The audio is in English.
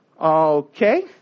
Okay